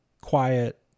quiet